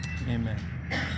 amen